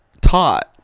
taught